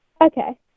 Okay